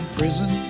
prison